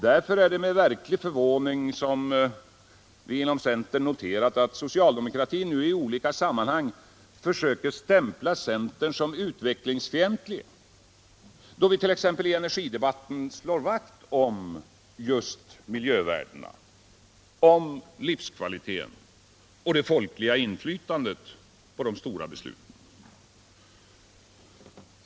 Därför är det med verklig förvåning som vi inom centern noterat att socialdemokratin nu i olika sammanhang försöker stämpla centern som utvecklingsfientlig, då vit.ex. i energidebatten slår vakt om just miljövärdena, livskvaliteten och det folkliga inflytandet på de stora besluten.